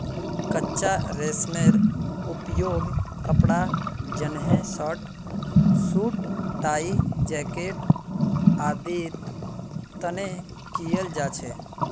कच्चा रेशमेर उपयोग कपड़ा जंनहे शर्ट, सूट, टाई, जैकेट आदिर तने कियाल जा छे